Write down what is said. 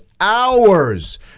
hours